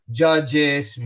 judges